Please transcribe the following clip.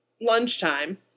lunchtime